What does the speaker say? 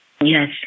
Yes